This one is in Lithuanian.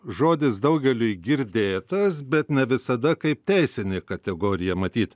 žodis daugeliui girdėtas bet ne visada kaip teisinė kategorija matyt